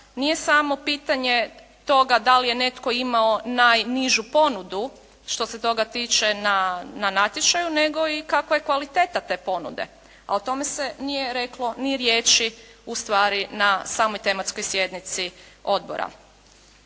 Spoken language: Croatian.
nije samo pitanje toga da li je netko imao najnižu ponudu što se toga tiče na natječaju nego i kakva je kvaliteta te ponude, a o tome se nije reklo ni riječi ustvari na samoj tematskoj sjednici odbora.